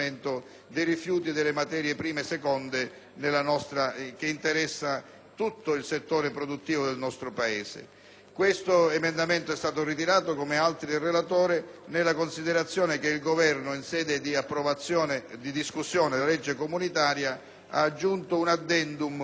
Questo emendamento è stato ritirato, come altri del relatore, nella considerazione che il Governo in sede di approvazione e di discussione della legge comunitaria ha aggiunto un *addendum* alle direttive da recepire, che è stato già accolto sotto forma di emendamento dalla 14a Commissione.